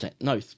No